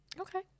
Okay